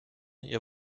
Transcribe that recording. ihr